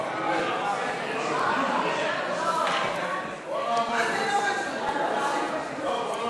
לשנת התקציב 2016, כהצעת הוועדה, נתקבל.